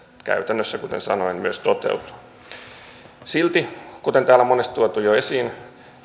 käytännössä kuten sanoin toteutuu silti kuten täällä on monesti tuotu jo esiin